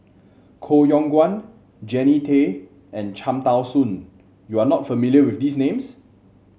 Koh Yong Guan Jannie Tay and Cham Tao Soon you are not familiar with these names